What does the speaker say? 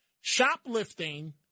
Shoplifting